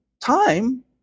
time